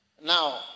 Now